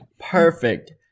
Perfect